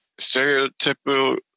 stereotypical